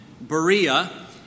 Berea